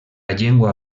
llengua